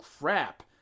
crap